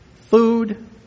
food